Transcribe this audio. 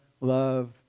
love